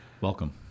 Welcome